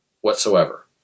whatsoever